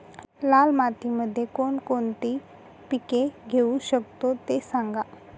लाल मातीमध्ये कोणकोणती पिके घेऊ शकतो, ते सांगा